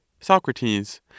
Socrates